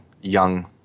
young